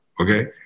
okay